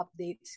updates